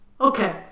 Okay